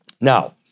Now